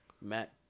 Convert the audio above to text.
Matt